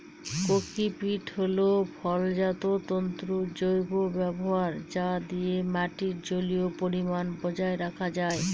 cocopeat হল ফলজাত তন্তুর জৈব ব্যবহার যা দিয়ে মাটির জলীয় পরিমান বজায় রাখা যায়